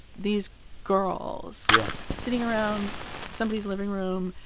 these girls. yeah. sitting around somebody's living room.